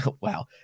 Wow